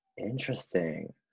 Interesting